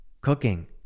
cooking